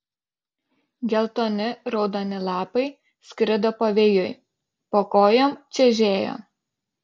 geltoni raudoni lapai skrido pavėjui po kojom čežėjo